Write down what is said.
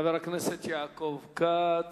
חבר הכנסת יעקב כץ,